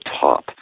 top